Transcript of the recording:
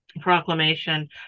proclamation